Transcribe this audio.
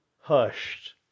hushed